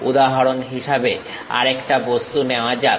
উদাহরণ হিসেবে আরেকটা বস্তু নেওয়া যাক